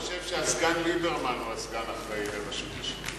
אני חושב שהסגן ליברמן הוא הסגן האחראי לרשות השידור,